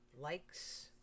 likes